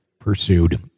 pursued